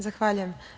Zahvaljujem.